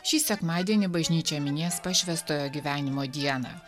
šį sekmadienį bažnyčia minės pašvęstojo gyvenimo dieną